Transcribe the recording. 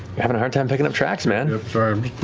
you're having a hard time picking up tracks, man.